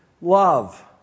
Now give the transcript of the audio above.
love